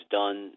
done